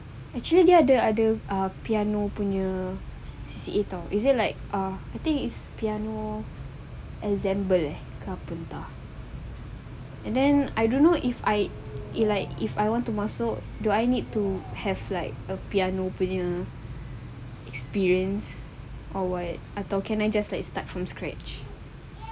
actually dia ada ada ah piano punya C_C_A [tau] it say like uh I think is piano assemble carpenter and then I don't know if I if I want to masuk do I need to have like a piano punya experience or what atau I can just start from scratch